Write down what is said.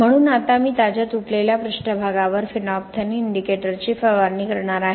म्हणून आता मी ताज्या तुटलेल्या पृष्ठभागावर फेनोल्फथालीन इंडिकेटरची फवारणी करणार आहे